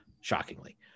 shockingly